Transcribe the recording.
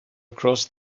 across